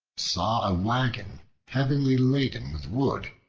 saw a wagon heavily laden with wood,